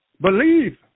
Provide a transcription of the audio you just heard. believe